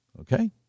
Okay